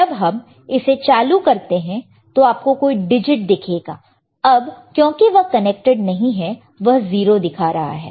जब हम इसे चालू करते हैं तो आपको कोई डिजिटदिखेगा अब क्योंकि वह कनेक्टेड नहीं है इसलिए वह 0 दिखा रहा है